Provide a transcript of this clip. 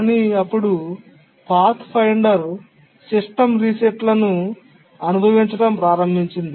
కానీ అప్పుడు Pathfinder system రీసెట్లను అనుభవించడం ప్రారంభించింది